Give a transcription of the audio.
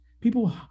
people